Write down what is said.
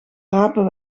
rapen